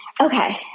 okay